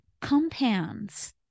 compounds